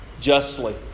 justly